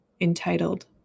entitled